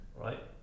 right